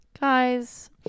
guys